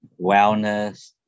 wellness